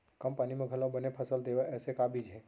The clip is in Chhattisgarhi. कम पानी मा घलव बने फसल देवय ऐसे का बीज हे?